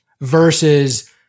versus